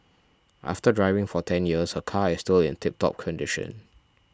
after driving for ten years her car is still in tiptop condition